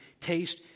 taste